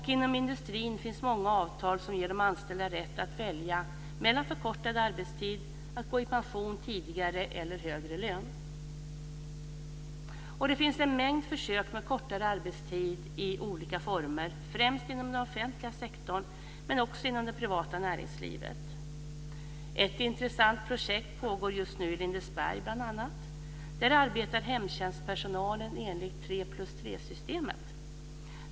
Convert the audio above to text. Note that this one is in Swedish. Inom industrin finns många avtal som ger de anställda rätt att välja mellan förkortad arbetstid, tidigare pension eller högre lön. Det finns en mängd försök med kortare arbetstid i olika former, främst inom den offentliga sektorn men också inom det privata näringslivet. Ett intressant projekt pågår just nu bl.a. i Lindesberg. Där arbetar hemtjänstpersonalen enligt 3+3-systemet.